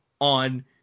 on